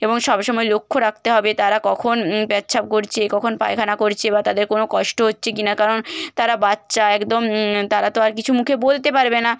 এবং সবসময় লক্ষ্য রাখতে হবে তারা কখন পেচ্ছাপ করছে কখন পায়খানা করছে বা তাদের কোনো কষ্ট হচ্ছে কি না কারণ তারা বাচ্চা একদম তারা তো আর কিছু মুখে বলতে পারবে না